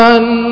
One